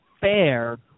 fair